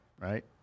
Right